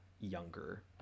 younger